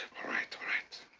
all right, all right.